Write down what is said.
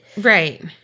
right